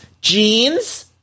Jeans